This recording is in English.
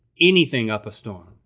anything up a storm.